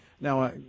Now